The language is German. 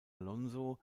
alonso